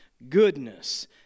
Goodness